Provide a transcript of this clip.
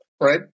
right